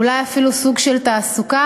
אולי אפילו סוג של תעסוקה,